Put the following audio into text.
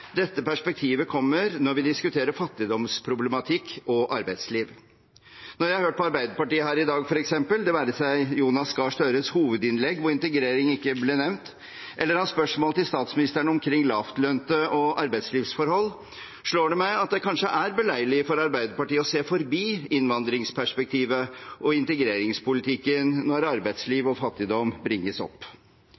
dette perspektivet kommer når vi diskuterer fattigdomsproblematikk og arbeidsliv. Når jeg har hørt på Arbeiderpartiet her i dag, f.eks. Jonas Gahr Støres hovedinnlegg, der integrering ikke ble nevnt, eller hans spørsmål til statsministeren omkring lavtlønte og arbeidslivsforhold, slo det meg at det kanskje er beleilig for Arbeiderpartiet å se forbi innvandringsperspektivet og integreringspolitikken når arbeidsliv